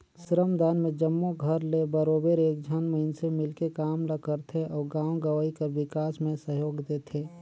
श्रमदान में जम्मो घर ले बरोबेर एक झन मइनसे मिलके काम ल करथे अउ गाँव गंवई कर बिकास में सहयोग देथे